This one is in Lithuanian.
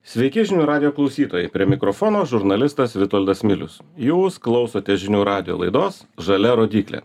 sveiki žinių radijo klausytojai prie mikrofono žurnalistas vitoldas milius jūs klausotės žinių radijo laidos žalia rodyklė